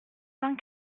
cent